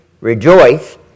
rejoice